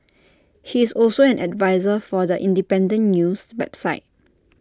he is also an adviser for The Independent news website